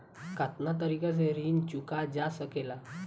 कातना तरीके से ऋण चुका जा सेकला?